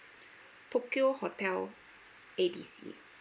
tokyo hotel A B C